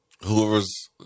whoever's